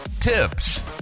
tips